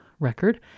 Record